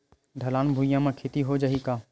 ढलान भुइयां म खेती हो जाही का?